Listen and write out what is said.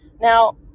now